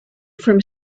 from